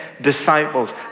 disciples